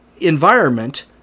environment